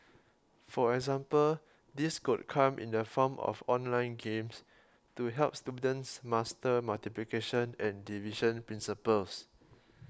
for example this could come in the form of online games to help students master multiplication and division principles